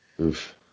Oof